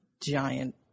giant